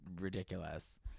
ridiculous